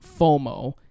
FOMO